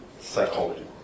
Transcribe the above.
psychology